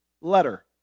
letter